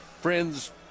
friends